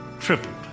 tripled